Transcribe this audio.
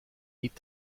niet